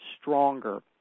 stronger